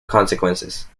consequences